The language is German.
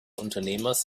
unternehmers